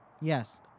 Yes